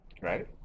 right